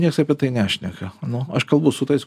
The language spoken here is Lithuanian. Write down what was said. nieks apie tai nešneka o aš kalbu su tais